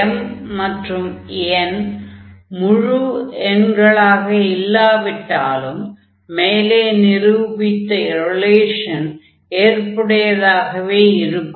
m மற்றும் n முழு எண்களாக இல்லாவிட்டாலும் மேலே நிரூபித்த ரிலேஷன் ஏற்புடையதாக இருக்கும்